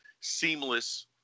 seamless